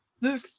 Look